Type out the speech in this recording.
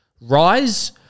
rise